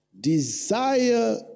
Desire